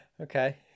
Okay